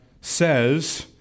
says